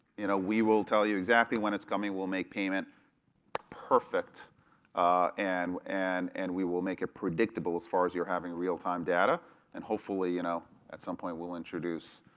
you know we will tell you exactly when it's coming, we'll make payment perfect and and and we will make it predictable as far as you're having real time data and hopefully you know at some will introduce